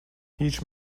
هیچ